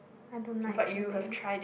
I don't like eating